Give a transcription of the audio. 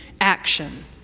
action